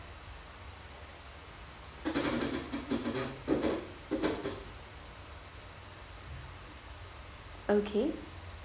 okay